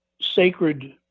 sacred